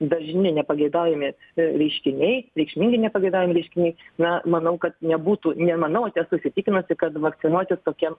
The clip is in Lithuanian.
dažni nepageidaujami reiškiniai reikšmingi nepageidaujami reiškiniai na manau kad nebūtų nemanau aš esu įsitikinusi kad vakcinuotis tokiem